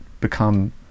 become